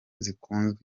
zikunzwe